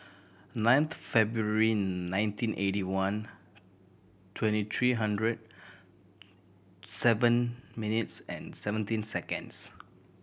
ninth February nineteen eighty one twenty three hundred seven minutes and seventeen seconds